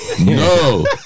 No